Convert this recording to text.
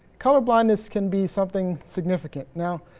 colorblindness can be something significant. now,